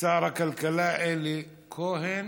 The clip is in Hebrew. שר הכלכלה אלי כהן.